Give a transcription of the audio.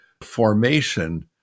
formation